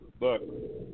look